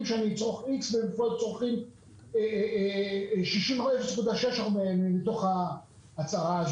שיצרכו איקס וצורכים רק 60% מתוך ההצהרה,